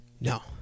No